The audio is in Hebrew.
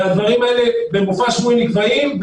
והדברים האלה במופע שבועי נקבעים,